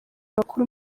bakuru